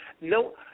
no